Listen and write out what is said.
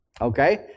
Okay